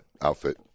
outfit